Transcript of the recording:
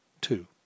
Two